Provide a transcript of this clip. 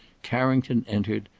carrington entered,